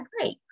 great